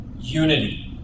unity